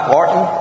Martin